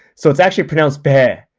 so it's actually pronounced! beh,